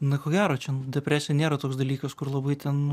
na ko gero čia depresija nėra toks dalykas kur labai ten